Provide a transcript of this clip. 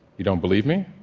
you don't believe me?